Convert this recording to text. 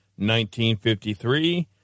1953